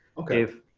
okay,